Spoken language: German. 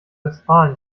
westfalen